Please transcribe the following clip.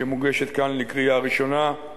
שמוגשת כאן לקריאה ראשונה,